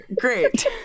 great